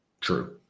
True